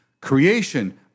Creation